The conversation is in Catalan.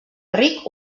ric